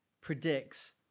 predicts